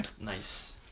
Nice